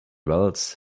wells